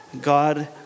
God